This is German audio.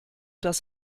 das